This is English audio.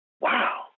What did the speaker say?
wow